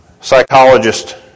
psychologist